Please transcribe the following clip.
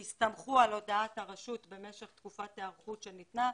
והסתמכו על הודעת הרשות במשך תקופת היערכות שניתנה,